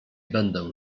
będę